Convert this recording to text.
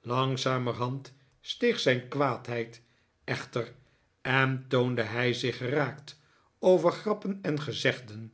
langzamerhand steeg zijn kwaadheid echter en toonde hij zich geraakt over grappen en gezegdeh